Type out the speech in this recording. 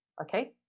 Okay